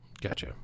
Gotcha